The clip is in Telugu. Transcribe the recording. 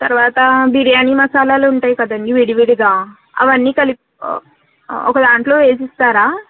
తర్వాతా బిర్యానీ మసాలాలు ఉంటయి కదండి విడివిడిగా అవన్నీ కలిపి ఒ ఒక దాంట్లో వేసిస్తారా